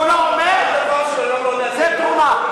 כל מילה שהוא לא אומר זאת תרומה.